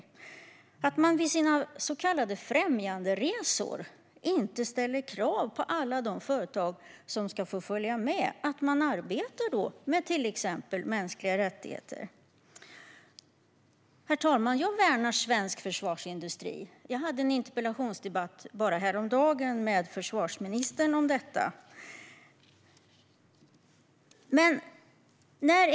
Varför ställer man då vid sina så kallade främjanderesor inte krav på att alla företag som ska få följa med också arbetar med mänskliga rättigheter? Herr talman! Jag värnar svensk försvarsindustri. Bara häromdagen hade jag interpellationsdebatt med försvarsministern om svensk försvarsindustri.